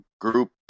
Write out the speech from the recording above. group